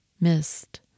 missed